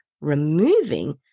removing